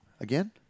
Again